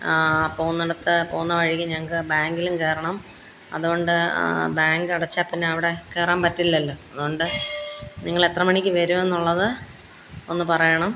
പോവുന്നിടത്ത് പോവുന്ന വഴിക്ക് ഞങ്ങള്ക്ക് ബാങ്കിലും കയറണം അതുകൊണ്ട് ബാങ്കടച്ചാല് പിന്നവിടെ കയറാന് പറ്റില്ലല്ലോ അതുകൊണ്ട് നിങ്ങളെത്ര മണിക്ക് വരുമെന്നുള്ളത് ഒന്ന് പറയണം